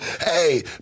Hey